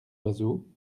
oiseaux